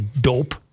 dope